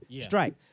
Strike